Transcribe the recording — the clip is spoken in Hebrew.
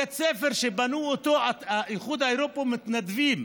בית ספר שבנה אותו האיחוד האירופי, עם מתנדבים,